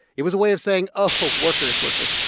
it was a way of saying, oh, workers, workers,